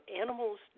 animals